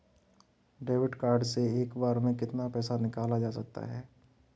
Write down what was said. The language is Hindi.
डेबिट कार्ड से एक बार में कितना पैसा निकाला जा सकता है?